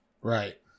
right